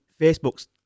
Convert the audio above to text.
Facebook's